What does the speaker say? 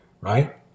right